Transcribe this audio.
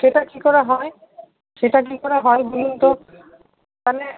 সেটা কি করে হয় সেটা কি করে হয় বলুন তো মানে